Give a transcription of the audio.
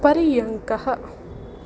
पर्यङ्कः